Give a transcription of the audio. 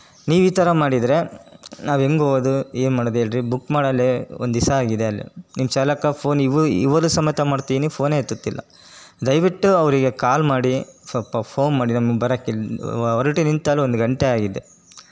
ನೀವು ಈ ಥರ ಮಾಡಿದರೆ ನಾವು ಹೆಂಗ್ ಹೋಗೋದು ಏನು ಮಾಡೋದು ಹೇಳಿರಿ ಬುಕ್ ಮಾಡಿ ಆಗ್ಲೇ ಒಂದು ದಿವ್ಸ ಆಗಿದೆ ಆಗ್ಲೇ ನಿಮ್ಮ ಚಾಲಕ ಫೋನ್ ಇವು ಇವಾಗ್ಲೂ ಸಮೇತ ಮಾಡ್ತಿದೀನಿ ಫೋನೇ ಎತ್ತುತ್ತಿಲ್ಲ ದಯವಿಟ್ಟು ಅವರಿಗೆ ಕಾಲ್ ಮಾಡಿ ಸ್ವಲ್ಪ ಫೋನ್ ಮಾಡಿ ನಮಗೆ ಬರಕ್ಕೆ ಹೇಳಿ ಹೊರ್ಟು ನಿಂತು ಆಗ್ಲೇ ಒಂದು ಗಂಟೆ ಆಗಿದೆ